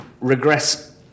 regress